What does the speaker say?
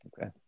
Okay